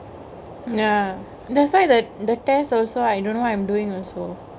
ya that's why the the test also I don't know what I'm doingk also